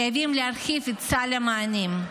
חייבים להרחיב את סל המענים,